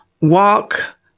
Walk